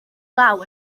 law